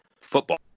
football